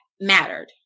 mattered